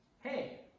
hey